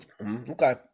Okay